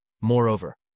Moreover